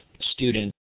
student